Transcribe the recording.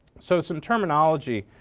so some terminology,